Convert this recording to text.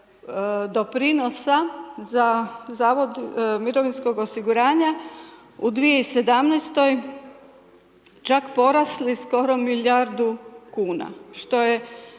doprinosa za mirovinskog osiguranja u 2017. čak porasli skoro milijardi kuna. Što je,